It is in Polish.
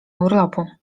urlopu